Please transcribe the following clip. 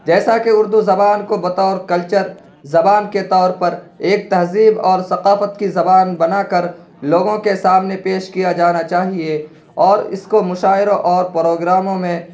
جیسا کہ اردو زبان کو بطور کلچر زبان کے طور پر ایک تہذیب اور ثقافت کی زبان بنا کر لوگوں کے سامنے پیش کیا جانا چاہیے اور اس کو مشاعروں اور پروگراموں میں